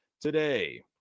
today